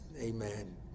amen